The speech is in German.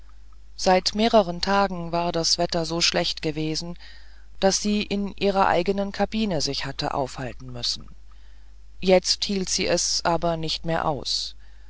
seit mehreren tagen war das wetter so schlecht gewesen daß sie in ihrer eigenen kabine sich hatte aufhalten müssen jetzt hielt sie es aber nicht mehr aus